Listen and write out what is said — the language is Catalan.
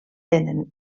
tenen